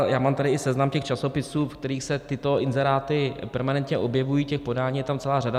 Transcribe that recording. Já mám tady i seznam těch časopisů, ve kterých se tyto inzeráty permanentně objevují, těch podání je tam celá řada.